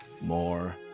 more